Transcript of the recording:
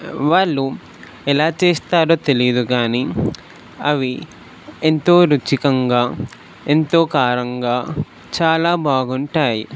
వాళ్లు ఎలా చేస్తారో తెలియదు గానీ అవి ఎంతో రుచికరంగా ఎంతో కారంగా చాలా బాగుంటాయి